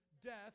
death